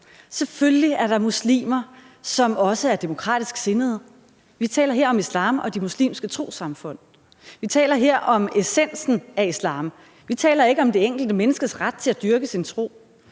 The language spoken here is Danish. Selvfølgelig er der muslimer, som også er demokratisk sindede, men vi taler her om islam og de muslimske trossamfund. Vi taler her om essensen af islam. Vi taler ikke om det enkelte menneskes ret til at dyrke sin tro.